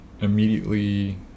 immediately